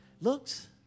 Looks